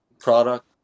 product